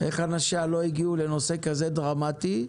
איך אנשיה לא הגיעו לנושא כזה דרמטי,